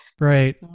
Right